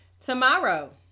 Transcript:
tomorrow